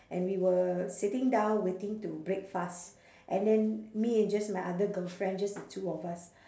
and we were sitting down waiting to break fast and then me and just my other girlfriend just the two of us